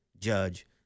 judge